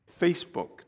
Facebook